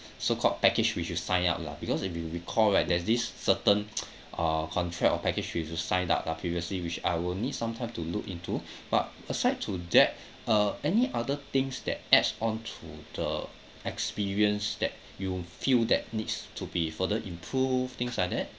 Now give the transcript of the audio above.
so called package we should sign up lah because if you recall right there's this certain uh contract of package which you sign up lah previously which I will need some time to look into but aside to that uh any other things that adds on to the experience that you feel that needs to be further improve things like that